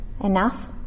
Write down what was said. enough